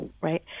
right